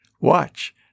Watch